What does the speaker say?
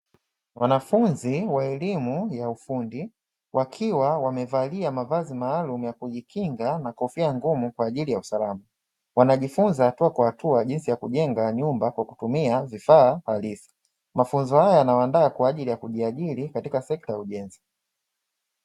Wanafunzi wa elimu ya ufundi, wakiwa wamevalia mavazi maalumu ya kujikinga na kofia ngumu kwa ajili ya usalama. Wakijifunza hatua kwa hatua jinsi ya kujenga nyumba kwa kutumia vifaa halisi. Mafunzo haya yanawaandaa kwa ajili ya kujiajiri katika sekta ya ujenzi.